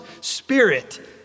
spirit